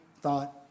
thought